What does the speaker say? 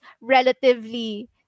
relatively